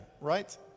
right